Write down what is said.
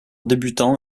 débutants